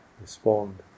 respond